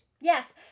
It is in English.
Yes